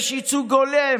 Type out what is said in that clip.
יש ייצוג הולם,